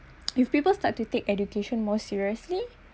if people start to take education more seriously